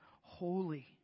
holy